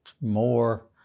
more